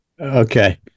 okay